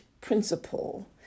principle